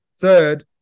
third